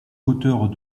auteure